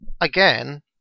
again